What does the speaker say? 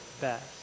best